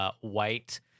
white